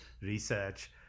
research